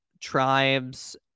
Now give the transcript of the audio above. tribes